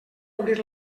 obrir